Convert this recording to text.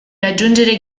raggiungere